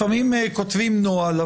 לפעמים כותבים נוהל,